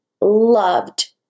loved